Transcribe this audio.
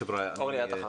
חברים,